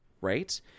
right